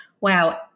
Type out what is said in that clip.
wow